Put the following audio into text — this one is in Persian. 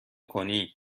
کنی